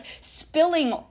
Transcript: spilling